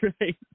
Right